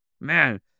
Man